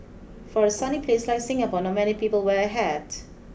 for a sunny place like Singapore not many people wear a hat